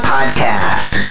Podcast